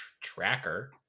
Tracker